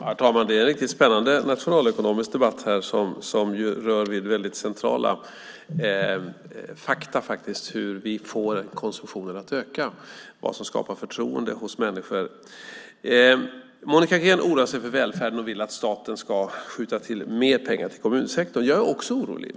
Herr talman! Det är en riktigt spännande nationalekonomisk debatt här som faktiskt rör vid väldigt centrala fakta, hur vi får konsumtionen att öka, vad som skapar förtroende hos människor. Monica Green oroar sig för välfärden och vill att staten ska skjuta till mer pengar till kommunsektorn. Jag är också orolig.